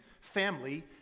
Family